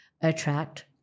attract